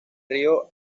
río